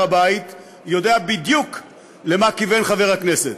הבית יודע בדיוק למה כיוון חבר הכנסת.